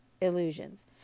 illusions